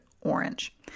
orange